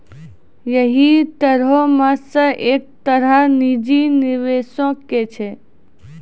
यहि तरहो मे से एक तरह निजी निबेशो के छै